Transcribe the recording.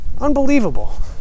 Unbelievable